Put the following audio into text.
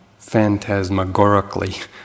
phantasmagorically